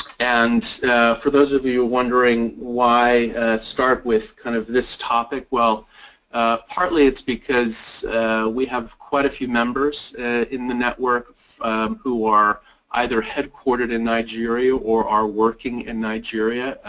and for those of you wondering why i start with kind of this topic. well partly it's because we have quite a few members in the network who are either headquartered in nigeria or are working in nigeria.